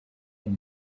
that